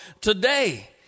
today